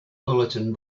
bulletin